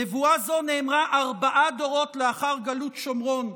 נבואה זאת נאמרה ארבעה דורות לאחר גלות שומרון,